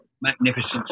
magnificent